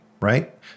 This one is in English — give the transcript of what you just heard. right